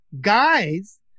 Guys